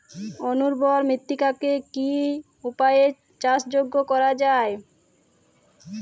অনুর্বর মৃত্তিকাকে কি কি উপায়ে চাষযোগ্য করা যায়?